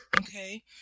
okay